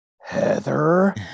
Heather